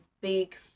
big